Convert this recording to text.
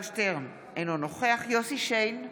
אינו נוכח יוסף שיין,